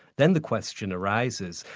then the question arises,